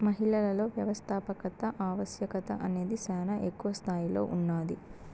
మహిళలలో వ్యవస్థాపకత ఆవశ్యకత అనేది శానా ఎక్కువ స్తాయిలో ఉన్నాది